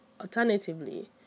alternatively